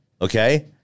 okay